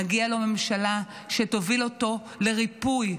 מגיעה לו ממשלה שתוביל אותו לריפוי,